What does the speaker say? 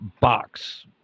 box